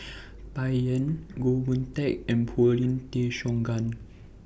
Bai Yan Goh Boon Teck and Paulin Tay Straughan